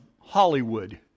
Hollywood